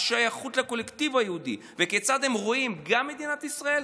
השייכות לקולקטיב היהודי וכיצד הם רואים גם את מדינת ישראל,